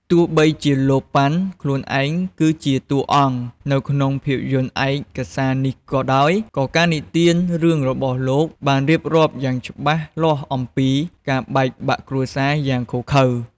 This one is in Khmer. ទោះបីជាលោក ប៉ាន់ ខ្លួនឯងគឺជា "តួអង្គ" នៅក្នុងភាពយន្តឯកសារនេះក៏ដោយ ក៏ការនិទានរឿងរបស់លោកបានរៀបរាប់យ៉ាងច្បាស់លាស់អំពី ការបែកបាក់គ្រួសារយ៉ាងឃោរឃៅ។